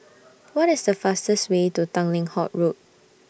What IS The fastest Way to Tanglin Halt Road